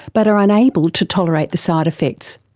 but are unable to tolerate the side effects.